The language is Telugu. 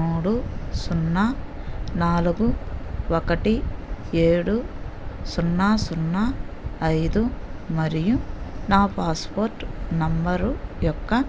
మూడు సున్నా నాలుగు ఒకటి ఏడు సున్నా సున్నా ఐదు మరియు నా పాస్పోర్ట్ నెంబరు యొక్క